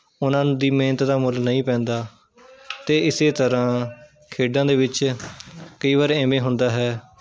ਉਹਨਾਂ ਨ ਦੀ ਮਿਹਨਤ ਦਾ ਮੁੱਲ ਨਹੀਂ ਪੈਂਦਾ ਅਤੇ ਇਸੇ ਤਰ੍ਹਾਂ ਖੇਡਾਂ ਦੇ ਵਿੱਚ ਕਈ ਵਾਰ ਐਵੇਂ ਹੁੰਦਾ ਹੈ